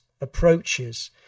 approaches